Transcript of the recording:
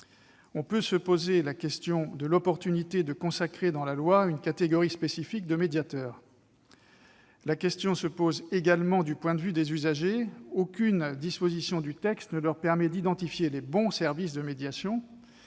On peut se poser la question de l'opportunité de consacrer dans la loi une catégorie spécifique de médiateur. La question se pose également du point de vue des usagers : aucune disposition du texte ne leur permet d'identifier les bons services de médiation.